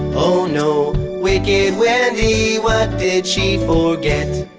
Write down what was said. oh no, wicked wendy. what did she forget?